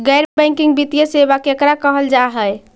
गैर बैंकिंग वित्तीय सेबा केकरा कहल जा है?